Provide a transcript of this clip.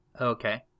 Okay